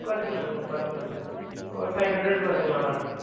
குறச்சுக்களா madam குறச்சுக்களா madam ஒர் five hundred குறச்சுக்களா மேடம்